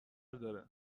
داره